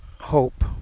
hope